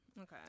Okay